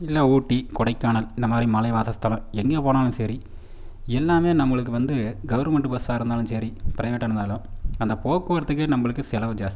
இல்லை ஊட்டி கொடைக்கானல் இந்த மாதிரி மலைவாச ஸ்தலம் எங்கே போனாலும் சரி எல்லாமே நம்மளுக்கு வந்து கவர்மெண்ட் பஸ்ஸாக இருந்தாலும் சரி பிரைவேட்டாக இருந்தாலும் அந்த போக்குவரத்துக்கே நம்மளுக்கு செலவு ஜாஸ்தி